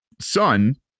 son